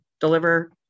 deliver